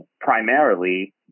primarily